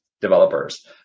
developers